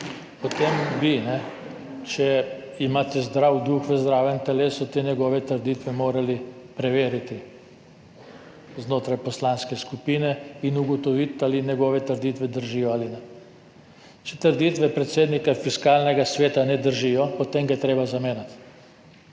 potem bi, če imate zdrav duh v zdravem telesu, te njegove trditve morali preveriti znotraj poslanske skupine in ugotoviti, ali njegove trditve držijo ali ne. Če trditve predsednika Fiskalnega sveta ne držijo, potem ga je treba zamenjati.